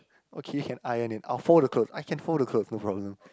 okay can iron and I'll fold the clothes I can fold the clothes no problem